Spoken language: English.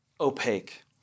opaque